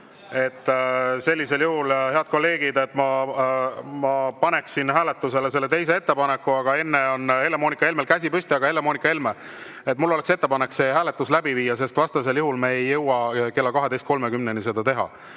Sellisel juhul, head kolleegid, ma paneksin hääletusele selle teise ettepaneku, aga Helle-Moonika Helmel on käsi püsti. Helle-Moonika Helme, mul oleks ettepanek see hääletus läbi viia, sest vastasel juhul me ei jõua kella 12.30-ks seda tehtud.